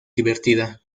divertida